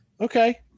Okay